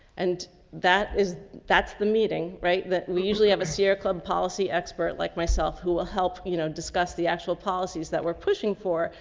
and that is, that's the meeting, right? that we usually have a sierra club policy expert like myself who will help, you know, discuss the actual policies that were pushing for.